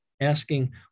asking